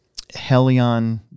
Helion